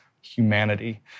humanity